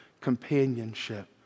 companionship